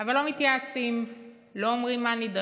אבל לא מתייעצים, לא אומרים מה נדרש,